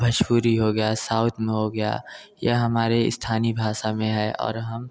भौजपुरी हो गया सौत में हो गया ये हमारी स्थानीय भाषा में है और हम